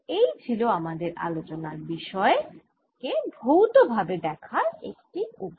এই ছিল আমাদের আলোচনার বিশয় কে ভৌত ভাবে দেখার একটি উপায়